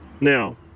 Now